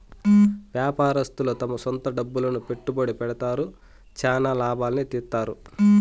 వ్యాపారస్తులు తమ సొంత డబ్బులు పెట్టుబడి పెడతారు, చానా లాభాల్ని తీత్తారు